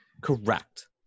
Correct